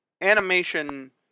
animation